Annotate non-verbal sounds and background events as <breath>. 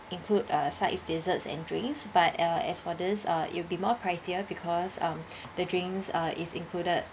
include a sides desserts and drinks but uh as for this uh it will be more pricier because um <breath> the drinks uh is included